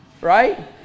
Right